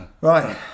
right